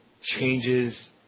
changes